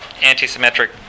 anti-symmetric